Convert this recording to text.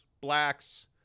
blacks